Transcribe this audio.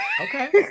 Okay